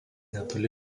netoli